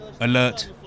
alert